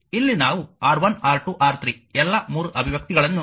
ಇಲ್ಲಿ ನಾವು R1R2 R3 ಎಲ್ಲಾ 3 ಅಭಿವ್ಯಕ್ತಿಗಳನ್ನು ಹೊಂದಿದ್ದೇವೆ